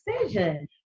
decision